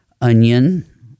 onion